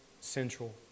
central